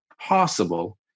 possible